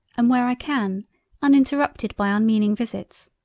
and where i can uninterrupted by unmeaning visits,